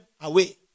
away